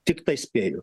tiktai spėju